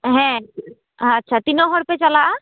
ᱦᱮᱸ ᱟᱪᱪᱷᱟ ᱛᱤᱱᱟᱹᱜ ᱦᱚᱲᱯᱮ ᱪᱟᱞᱟᱜᱼᱟ